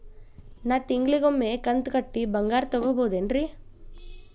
ನಾ ತಿಂಗಳಿಗ ಒಮ್ಮೆ ಕಂತ ಕಟ್ಟಿ ಬಂಗಾರ ತಗೋಬಹುದೇನ್ರಿ?